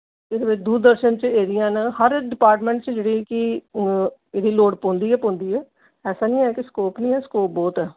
इक ते दूरदर्शन च एह्दियां न हर डिपार्टमैंट च जेह्ड़ियां कि एह्दी लोड़ पौंदी गै पौंदी ऐ ऐसा निं ऐ कि स्कोप निं ऐ स्कोप ब्हौत ऐ